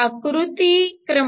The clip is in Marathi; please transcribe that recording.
आकृती क्र